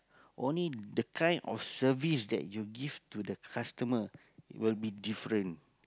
only the kind of service that you give to the customer will be different